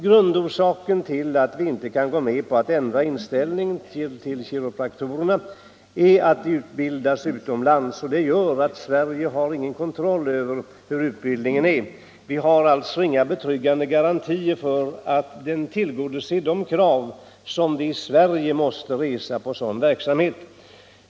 Grundorsaken till att vi inte kan gå med på att ändra inställningen till kiropraktorerna är att de utbildas utomlands, vilket gör att Sverige inte har någon kontroll över utbildningen. Vi har alltså inga betryggande garantier för att den tillgodoser de krav som vi i Sverige måste ställa på en sådan verksamhet.